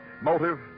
Motive